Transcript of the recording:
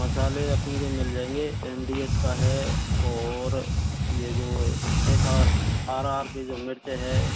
मसाले अपने के मिल जाएंगे एम डी एच का है और ये जो एस आर आर आर यह जो मिर्च है